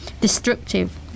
destructive